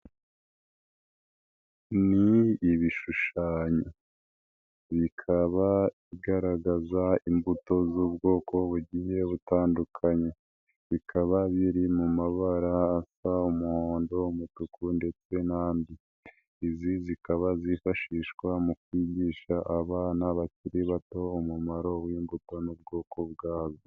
Ni ibishushanyo bikaba bigaragaza imbuto z'ubwoko bugiye butandukanye. Bikaba biri mu mabara asa: umuhondo, umutuku ndetse n'andi. Izi zikaba zifashishwa mu kwigisha abana bakiri bato umumaro w'imbuto n'ubwoko bwazo.